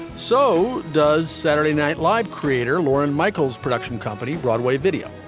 so does saturday night live creator lorne michaels, production company, broadway video.